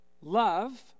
love